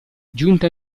giunta